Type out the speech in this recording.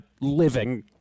living